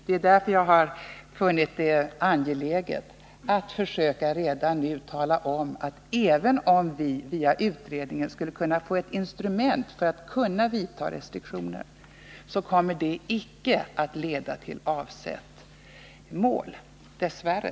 Det är därför jag har funnit det angeläget att försöka redan nu tala om att även om vi via utredningen skulle få ett instrument för att kunna vidta restriktioner skulle det icke leda till avsett mål — dess värre.